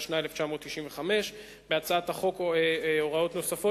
התשנ"ה 1995. בהצעת החוק הוראות נוספות,